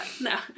no